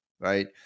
right